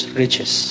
riches